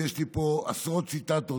ויש לי פה עשרות ציטטות,